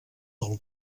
del